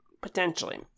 Potentially